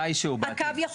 הקו,